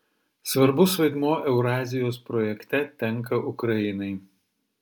svarbus vaidmuo eurazijos projekte tenka ukrainai